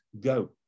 go